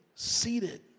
Seated